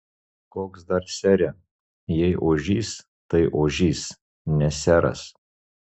koks dar sere jei ožys tai ožys ne seras